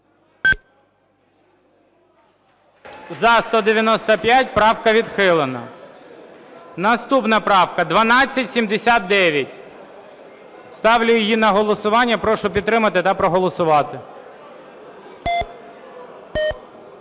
За-195 Правка відхилена. Наступна правка 1279. Ставлю її на голосування. Прошу підтримати та проголосувати.